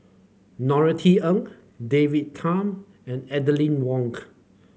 Norothy Ng David Tham and Aline Wonk